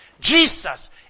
Jesus